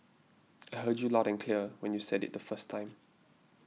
I heard you loud and clear when you said it the first time